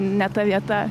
ne ta vieta